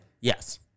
Yes